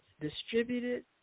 distributed